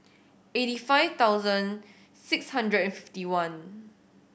eighty five thousand six hundred and fifty one